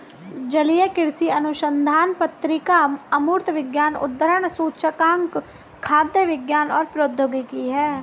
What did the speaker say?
जलीय कृषि अनुसंधान पत्रिका अमूर्त विज्ञान उद्धरण सूचकांक खाद्य विज्ञान और प्रौद्योगिकी है